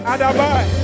Adabai